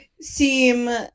seem